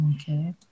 Okay